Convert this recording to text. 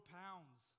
pounds